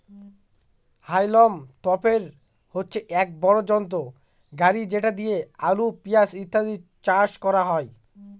হাউলম তোপের হচ্ছে এক বড় যন্ত্র গাড়ি যেটা দিয়ে আলু, পেঁয়াজ ইত্যাদি চাষ করা হয়